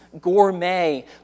gourmet